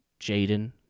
Jaden